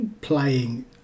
playing